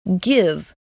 give